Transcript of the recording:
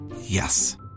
Yes